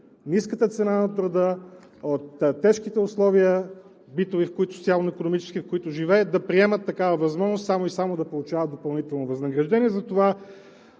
ниската цена на труда, от тежките битови и социално-икономически условия, в които живеят, да приемат такава възможност само и само да получават допълнително възнаграждение.